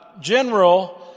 general